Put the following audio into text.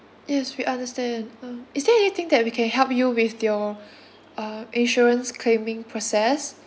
yes we understand um is there anything that we can help you with your um insurance claiming process